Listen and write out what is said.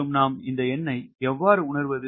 மேலும் நாம் இந்த எண்ணை எவ்வாறு உணருவது